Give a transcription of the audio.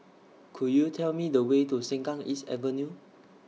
Could YOU Tell Me The Way to Sengkang East Avenue